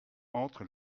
entre